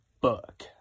book